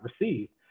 received